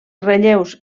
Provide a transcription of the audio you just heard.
relleus